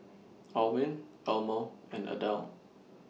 Alwin Elmo and Adele